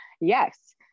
Yes